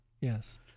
Yes